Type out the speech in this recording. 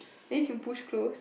then you can push close